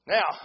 Now